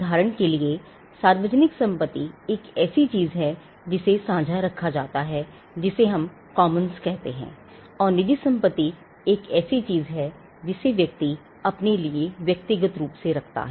उदाहरण के लिए सार्वजनिक संपत्ति एक ऐसी चीज है जिसे सांझा रखा जाता है जिसे हम कॉमन्स कहते हैं और निजी संपत्ति एक ऐसी चीज है जिसे व्यक्ति अपने लिए व्यक्तिगत रूप से रखता है